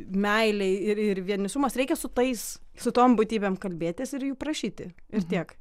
meilei ir ir ir vienišumas reikia su tais su tom būtybėm kalbėtis ir jų prašyti ir tiek